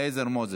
מוזס,